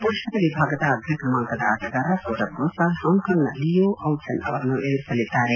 ಪುರುಷರ ವಿಭಾಗದ ಅಗ್ರ ಕ್ರಮಾಂಕದ ಆಟಗಾರ ಸೌರಬ್ ಫೋಸಾಲ್ ಹಾಂಕಾಂಗ್ನ ಲಿಯೋ ಔ ಚನ್ ಅವರನ್ನು ಎದುರಿಸಲಿದ್ದಾರೆ